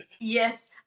Yes